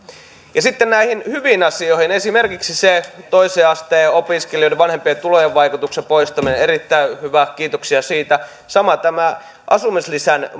ja sitten näihin hyviin asioihin esimerkiksi se toisen asteen opiskelijoiden vanhempien tulojen vaikutuksen poistaminen erittäin hyvä kiitoksia siitä sama tämä asumislisän